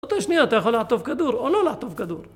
אותה שנייה אתה יכול לעטוף כדור או לא לעטוף כדור